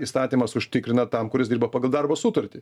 įstatymas užtikrina tam kuris dirba pagal darbo sutartį